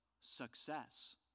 success